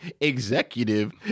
executive